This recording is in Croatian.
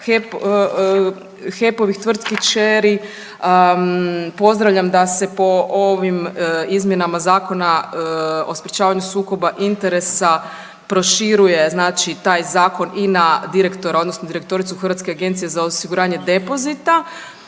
HEP-ovih tvrtki kćeri. Pozdravljam da se po ovim izmjenama Zakona o sprječavanju sukoba interesa proširuje znači taj zakon i na direktora odnosno direktoru Hrvatske agencije za osiguranje depozita.